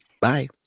Bye